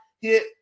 hit